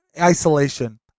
isolation